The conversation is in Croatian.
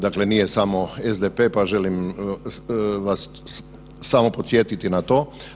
Dakle, nije samo SDP pa želim vas samo podsjetiti na to.